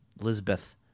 Elizabeth